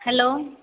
hello